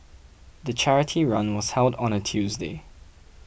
the charity run was held on a Tuesday